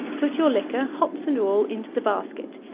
put your liquor, hops and all, into the basket,